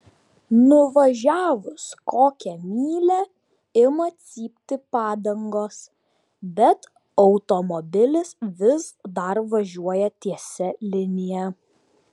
nuvažiavus kokią mylią ima cypti padangos bet automobilis vis dar važiuoja tiesia linija